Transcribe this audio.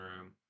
room